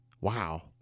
Wow